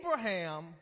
Abraham